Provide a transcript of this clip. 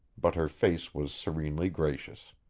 but her face was serenely gracious.